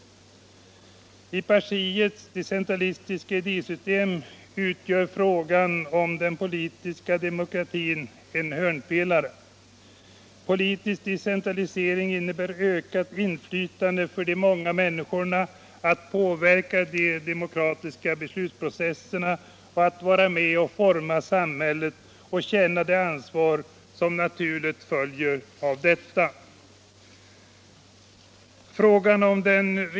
I partiets decentralistiska idésystem utgör den politiska demokratin en hörnpelare. Politisk decentralisering innebär ökade möjligheter för de många människorna att påverka de demokratiska beslutsprocesserna, att vara med och forma samhället och känna det ansvar som naturligt följer av detta.